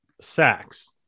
sacks